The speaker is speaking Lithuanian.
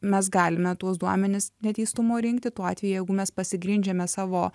mes galime tuos duomenis neteistumo rinkti tuo atveju jeigu mes pasigrindžiame savo